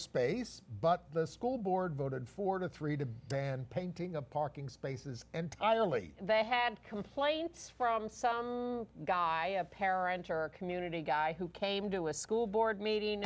space but the school board voted four to three to began painting a parking spaces and i only they had complaints from some guy parent or a community guy who came to a school board meeting